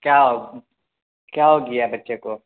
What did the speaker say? کیا ہو کیا ہو گیا ہے بچے کو